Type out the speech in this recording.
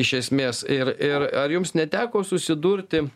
iš esmės ir ir ar jums neteko susidurti